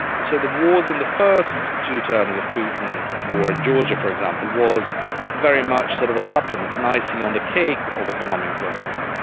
so the wars in the first two terms of putin, the war in georgia for example, was very much sort of a supplement, an icing on the cake of economic growth.